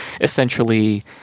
essentially